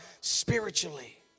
spiritually